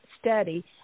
study